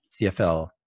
cfl